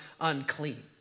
unclean